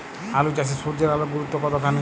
আলু চাষে সূর্যের আলোর গুরুত্ব কতখানি?